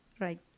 Right